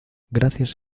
gracias